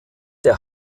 der